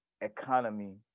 economy